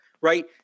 right